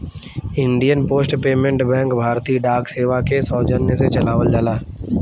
Indian post payment bank भारतीय डाक सेवा के सौजन्य से चलावल जाला